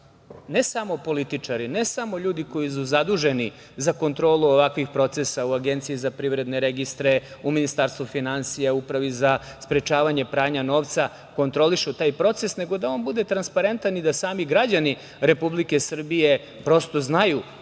ne samo političari, ne samo ljudi koji su zaduženi za kontrolu ovakvih procesa u APR, u Ministarstvu finansija, u Upravi za sprečavanje pranja novca kontrolišu taj proces, nego da on bude transparentan i da sami građani Republike Srbije prosto znaju